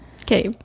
okay